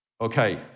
Okay